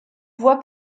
voie